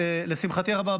לשמחתי הרבה,